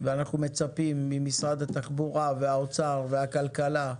ואנחנו מצפים ממשרד התחבורה, האוצר והכלכלה,